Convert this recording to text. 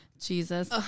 Jesus